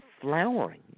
flowering